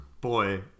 Boy